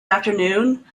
afternoon